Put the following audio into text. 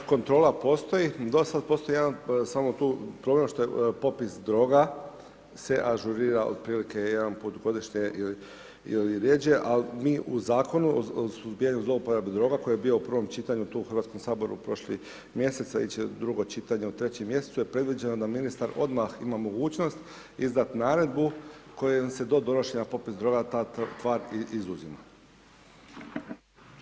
U RH kontrola postoji, dosad postoji jedan, samo tu problem što je popis droga se ažurira otprilike jedanput godišnje ili rjeđe, al mi u Zakonu o suzbijanju zlouporabe droga koji je bio u prvom čitanju tu u HS prošli mjesec, iće drugo čitanje, u trećem mjesecu je predviđeno da ministar odmah ima mogućnost izdat naredbu kojom se do donošenja popis droga ta tvar izuzima.